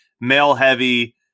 male-heavy